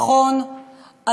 נכון,